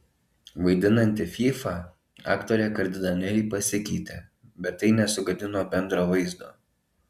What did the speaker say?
vaidinanti fyfą aktorė kardinaliai pasikeitė bet tai nesugadino bendro vaizdo